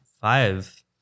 five